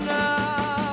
now